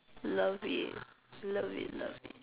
love it love it love it